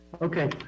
Okay